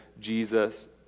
Jesus